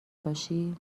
باشی